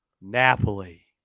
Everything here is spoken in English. Napoli